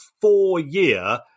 four-year